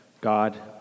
God